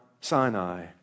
sinai